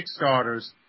Kickstarters